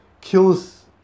kills